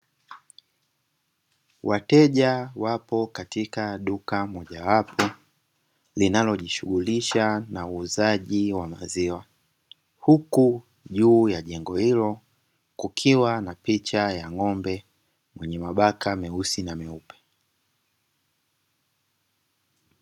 Wateja wapo katika duka mojawapo linalojishughulisha na uuzaji wa maziwa, huku juu ya jengo hilo kukiwa na picha ya ng'ombe mwenye mabaka meusi na meupe.